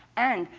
and,